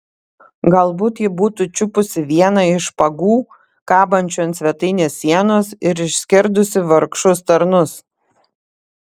galbūt ji būtų čiupusi vieną iš špagų kabančių ant svetainės sienos ir išskerdusi vargšus tarnus